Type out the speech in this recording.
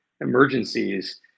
emergencies